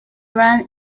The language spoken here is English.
run